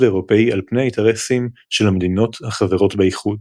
האירופי על פני האינטרסים של המדינות החברות באיחוד.